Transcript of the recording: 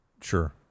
Sure